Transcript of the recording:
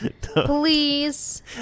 Please